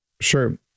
Sure